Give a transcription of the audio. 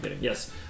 Yes